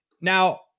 Now